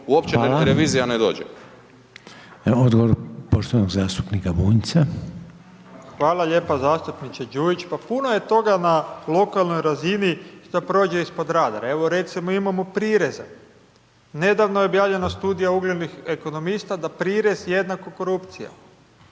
zastupnika Bunjca. **Bunjac, Branimir (Živi zid)** Hvala lijepo zastupniče Đujić, pa puno je toga na lokalnoj razini da prođe ispod radara. Evo recimo imamo prireza, nedavno je objavljena studija uglednih ekonomista, da prirez jednako korupcija.